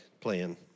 plan